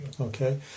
Okay